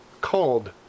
called